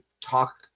talk